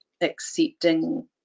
accepting